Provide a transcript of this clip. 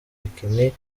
bikini